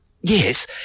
yes